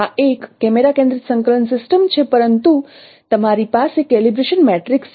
આ એક કેમેરા કેન્દ્રિત સંકલન સિસ્ટમ છે પરંતુ તમારી પાસે કેલિબ્રેશન મેટ્રિક્સ છે